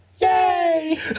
Yay